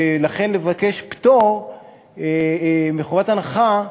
ולכן לבקש פטור מחובת הנחה,